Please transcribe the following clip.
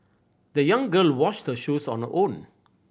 the young girl washed her shoes on her own